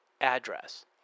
address